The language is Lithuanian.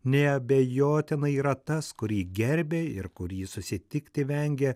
neabejotinai yra tas kurį gerbia ir kurį susitikti vengia